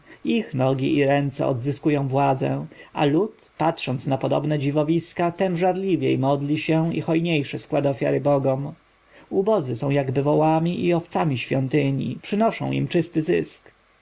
ich nogi i ręce odzyskują władzę a lud patrząc na podobne dziwowiska tem żarliwiej modli się i hojniejsze składa ofiary bogom ubodzy są jakby wołami i owcami świątyń przynoszą im czysty zysk